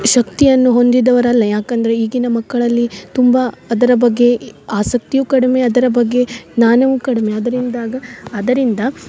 ಶಕ್ತಿಯನ್ನು ಹೊಂದಿದವರಲ್ಲ ಯಾಕೆಂದರೆ ಈಗಿನ ಮಕ್ಕಳಲ್ಲಿ ತುಂಬ ಅದರ ಬಗ್ಗೆ ಆಸಕ್ತಿಯು ಕಡ್ಮೆ ಅದರ ಬಗ್ಗೆ ಜ್ಞಾನವು ಕಡ್ಮೆ ಅದ್ರಿಂದಾಗ ಅದರಿಂದ